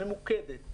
ממוקדת,